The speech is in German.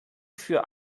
für